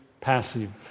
passive